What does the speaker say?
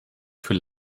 für